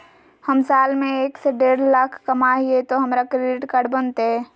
हम साल में एक से देढ लाख कमा हिये तो हमरा क्रेडिट कार्ड बनते?